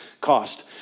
cost